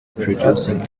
producing